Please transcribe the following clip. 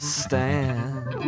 stand